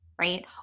right